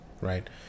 right